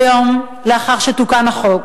כיום, לאחר שתוקן החוק,